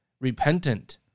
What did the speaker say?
repentant